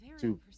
two